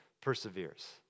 perseveres